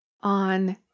on